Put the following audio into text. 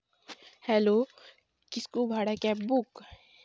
hello ᱠᱤᱥᱠᱩ ᱵᱷᱟᱲᱟ cab book